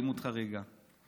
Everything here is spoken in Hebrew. באלימות חריגה.